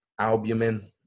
albumin